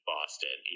Boston